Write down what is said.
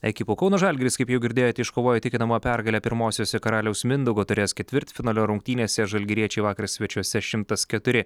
ekipų kauno žalgiris kaip jau girdėjot iškovojo įtikinamą pergalę pirmosiose karaliaus mindaugo taurės ketvirtfinalio rungtynėse žalgiriečiai vakar svečiuose šimtas keturi